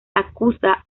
acusa